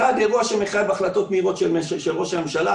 אחת, אירוע שמחייב החלטות מהירות של ראש הממשלה.